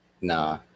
Nah